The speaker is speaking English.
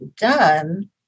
done